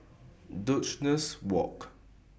Duchess Walk